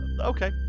okay